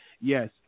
Yes